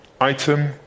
item